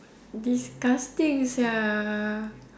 disgusting sia